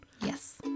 Yes